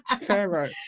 Pharaoh